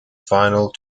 final